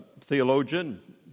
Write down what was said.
theologian